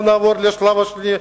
בוא נעבור לשלב השני,